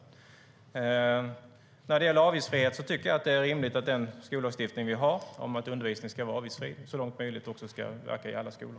När det gäller avgiftsfrihet tycker jag att det är rimligt att den skollagstiftning vi har, om att undervisning ska vara avgiftsfri, så långt möjligt ska gälla alla skolor.